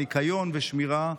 הניקיון והשמירה,